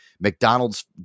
McDonald's